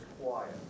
quiet